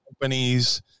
companies